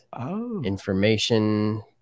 information